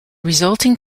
resulting